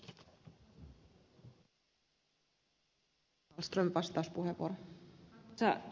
arvoisa puhemies